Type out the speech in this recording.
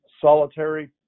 solitary